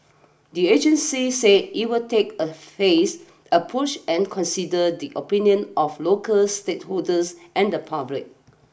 the agency said it will take a phased approach and consider the opinion of local stakeholders and the public